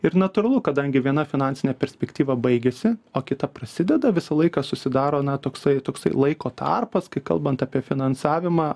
ir natūralu kadangi viena finansinė perspektyva baigiasi o kita prasideda visą laiką susidaro na toksai toksai laiko tarpas kai kalbant apie finansavimą